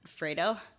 Fredo